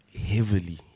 heavily